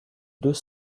deux